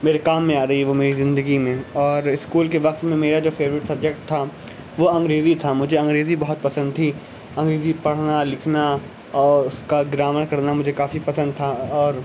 میرے کام میں آ رہی ہے وہ میری زندگی میں اور اسکول کے وقت میں میرا جو فیورٹ سبجیکٹ تھا وہ انگریزی تھا مجھے انگریزی بہت پسند تھی انگریزی پڑھنا لکھنا اور اس کا گرامر کرنا مجھے کافی پسند تھا اور